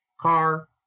car